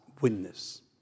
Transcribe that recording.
witness